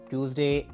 Tuesday